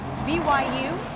BYU